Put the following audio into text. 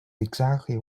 exactly